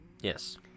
Yes